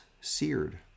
seared